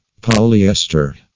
Polyester